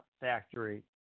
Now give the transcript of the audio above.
factory